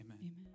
amen